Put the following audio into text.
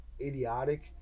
idiotic